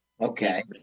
Okay